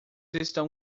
estão